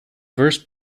verse